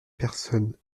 personne